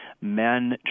men